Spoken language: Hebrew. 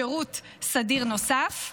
שירות סדיר נוסף.